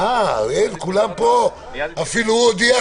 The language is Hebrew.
הצבעה הרוויזיה לא אושרה.